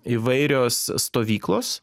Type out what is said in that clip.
įvairios stovyklos